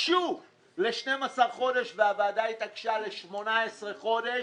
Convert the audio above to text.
התעקשו ל- 12 חודשים והוועדה התעקשה ל- 18 חודשים